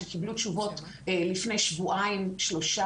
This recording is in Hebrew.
שקיבלו תשובות לפני שבועיים-שלושה,